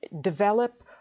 develop